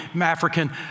African